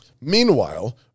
Meanwhile